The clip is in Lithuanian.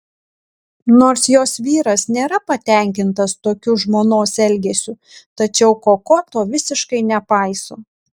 nors jos vyras nėra patenkintas tokiu žmonos elgesiu tačiau koko to visiškai nepaiso